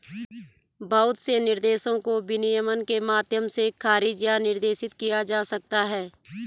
बहुत से निर्देशों को विनियमन के माध्यम से खारिज या निर्देशित किया जा सकता है